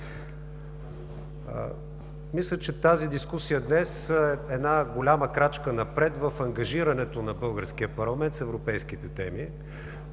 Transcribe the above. Мисля, че тази дискусия днес е една голяма крачка напред в ангажирането на българския парламент с европейските теми.